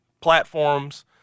platforms